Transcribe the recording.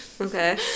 Okay